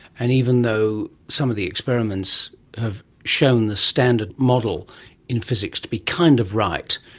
and even though some of the experiments have shown the standard model in physics to be kind of right,